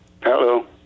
Hello